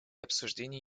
обсуждения